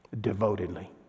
devotedly